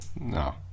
No